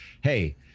hey